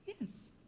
Yes